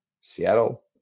Seattle